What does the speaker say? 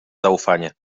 zaufanie